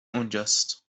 اونجاست